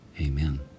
Amen